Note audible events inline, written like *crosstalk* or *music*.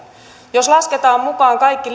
jos lasketaan mukaan kaikki *unintelligible*